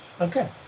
Okay